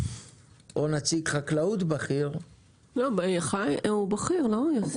או נציג חקלאות בכיר --- יוסי הוא בכיר לא?